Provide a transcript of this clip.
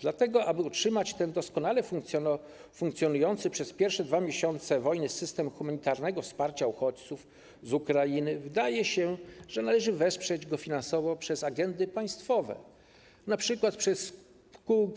Dlatego aby utrzymać ten doskonale funkcjonujący przez pierwsze 2 miesiące wojny system humanitarnego wsparcia uchodźców z Ukrainy, wydaje się, należy wesprzeć go finansowo przez agendy państwowe, np. przez